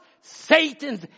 Satan's